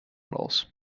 models